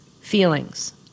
feelings